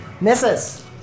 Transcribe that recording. Misses